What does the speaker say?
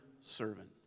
servant